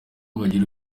bagira